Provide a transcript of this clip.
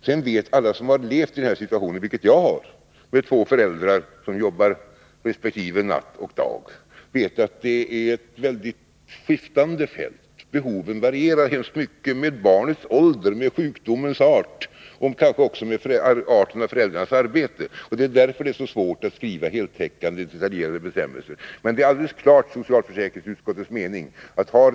Sedan vet alla som har levt i den här situationen, vilket jag har, med två föräldrar som jobbar resp. natt och dag, att det är ett väldigt skiftande fält. Behoven varierar hemskt mycket med barnets ålder, med sjukdomens art och kanske också med arten av föräldrarnas arbete. Därför är det så svårt att skriva heltäckande, detaljerade bestämmelser. Men socialförsäkringsutskottets mening är alldeles klar.